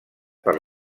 per